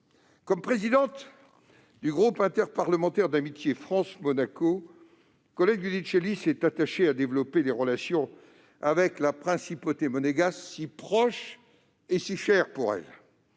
Comme présidente du groupe interparlementaire d'amitié France-Monaco, Colette Giudicelli s'est attachée à développer les relations avec la Principauté monégasque, si proche et si chère à son